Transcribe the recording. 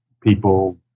people